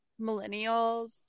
millennials